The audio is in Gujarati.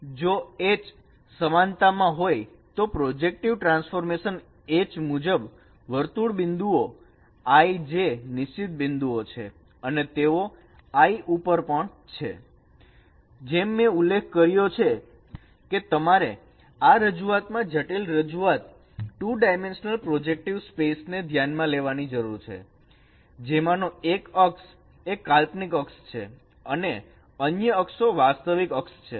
"જો H સમાનતા માં હોય તો પ્રોજેક્ટિવ ટ્રાન્સફોર્મેશન H મુજબ વર્તુળ બિંદુઓ IJ નિશ્ચિત બિંદુઓ છેઅને તેઓ I ઉપર પણ છે" જેમ મેં ઉલ્લેખ કર્યો છે કે તમારે આ રજૂઆત માં જટિલ રજૂઆત 2 ડાયમેન્શનલ પ્રોજેક્ટિવ સ્પેસ ને ધ્યાન માં લેવાની જરૂર છે જેમાંનો એક અક્ષ એ કાલ્પનિક અક્ષ છે અને અન્ય અક્ષો વાસ્તવિક અક્ષ છે